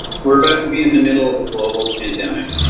we're about to be in the middle of a global pandemic.